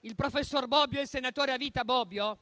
il professore e senatore a vita Bobbio